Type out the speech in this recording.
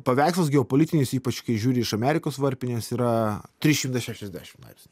paveikslas geopolitinis ypač kai žiūri iš amerikos varpinės yra trys šimtai šešiasdešim laipsnių